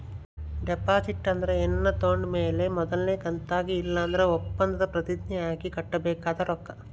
deposit ಅಂದ್ರ ಏನಾನ ತಾಂಡ್ ಮೇಲೆ ಮೊದಲ್ನೇ ಕಂತಾಗಿ ಇಲ್ಲಂದ್ರ ಒಪ್ಪಂದುದ್ ಪ್ರತಿಜ್ಞೆ ಆಗಿ ಕಟ್ಟಬೇಕಾದ ರೊಕ್ಕ